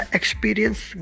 experience